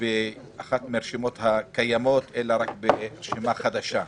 באחת הרשימות הקיימות אלא רק ברשימה חדשה,